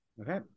Okay